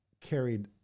carried